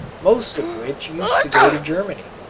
most of which used to go to germany.